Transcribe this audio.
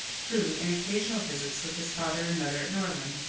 who, in occasional visits with his father and mother at norland,